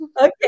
Okay